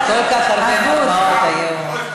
כל כך הרבה מחמאות היום.